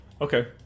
Okay